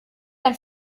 ein